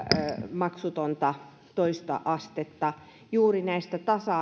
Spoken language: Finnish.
maksutonta toista astetta juuri näistä tasa